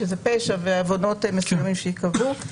שזה פשע ועוונות מסוימים שייקבעו.